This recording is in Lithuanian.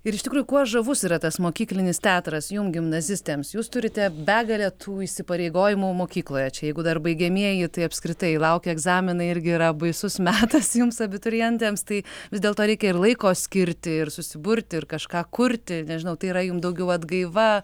ir iš tikrųjų kuo žavus yra tas mokyklinis teatras jum gimnazistėms jūs turite begalę tų įsipareigojimų mokykloje čia jeigu dar baigiamieji tai apskritai laukia egzaminai irgi yra baisus metas jums abiturientėms tai vis dėlto reikia ir laiko skirti ir susiburti ir kažką kurti nežinau tai yra jum daugiau atgaiva